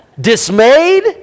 Dismayed